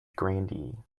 grandee